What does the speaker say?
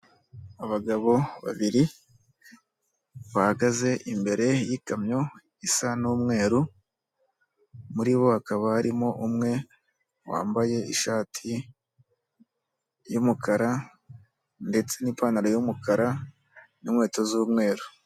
Abagabo babiri bahagaze imbere y'ikamyo isa n'umweru, muri bo hakaba harimo umwe wambaye ishati y'umukara ndetse n'ipantaro y'umukara n'inkweto z'umweru.